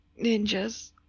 ninjas